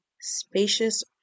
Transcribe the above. spacious